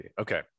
Okay